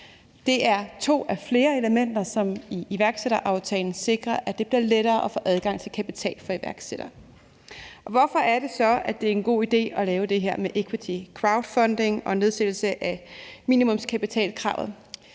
Det er to af flere elementer, som i iværksætteraftalen sikrer, at det bliver lettere for iværksættere at få adgang til kapital. Hvorfor er det så, at det er en god ide at lave det her med equity crowdfunding og nedsættelse af minimumskapitalkravet?